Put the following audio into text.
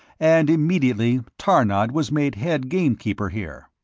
and immediately, tarnod was made head gamekeeper here.